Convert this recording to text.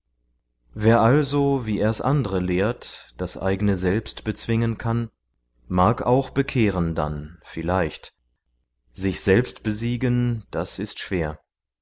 wer also wie er's andre lehrt das eigne selbst bezwingen kann mag auch bekehren dann vielleicht sich selbst besiegen das ist schwer